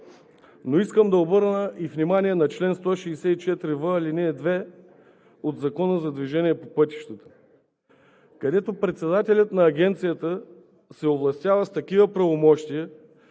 Но искам да обърна внимание и на чл. 164в, ал. 2 от Закона за движение по пътищата, където председателят на Агенцията се овластява с такива правомощия,